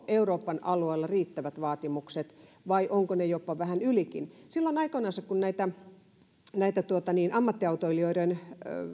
euroopan alueella riittävät vaatimukset vai ovatko ne jopa vähän ylikin silloin aikoinansa kun tutustuin näihin ammattiautoilijoiden